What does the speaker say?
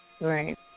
Right